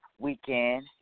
weekend